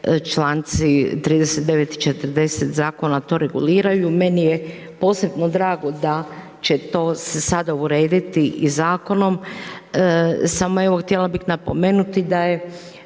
članci 39. i 40. Zakona to reguliraju. Meni je posebno drago da će to se sada urediti i zakonom samo evo htjela bi napomenuti da znamo